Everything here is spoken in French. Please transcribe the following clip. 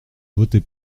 voter